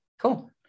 Cool